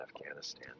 Afghanistan